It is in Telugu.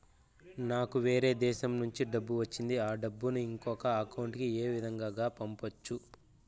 నాకు వేరే దేశము నుంచి డబ్బు వచ్చింది ఆ డబ్బును ఇంకొక అకౌంట్ ఏ విధంగా గ పంపొచ్చా?